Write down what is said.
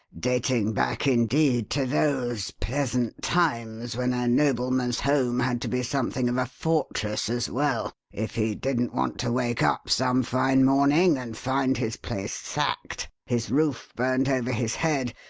dating back, indeed, to those pleasant times when a nobleman's home had to be something of a fortress as well, if he didn't want to wake up some fine morning and find his place sacked, his roof burnt over his head,